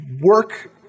Work